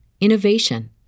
innovation